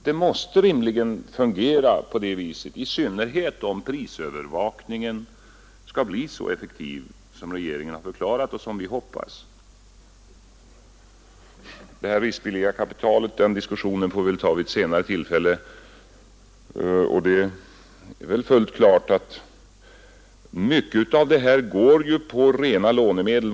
Det måste rimligen fungera på det viset, i synnerhet om prisövervakningen skall bli så effektiv som regeringen har förklarat och som vi hoppas. Diskussionen om det riskvilliga kapitalet får vi kanske föra vid ett senare tillfälle, och det är väl klart att många av dessa åtgärder vidtas med hjälp av rena lånemedel.